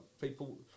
people